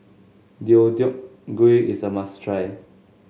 Deodeok Gui is a must try